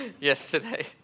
yesterday